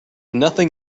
nothing